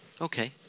Okay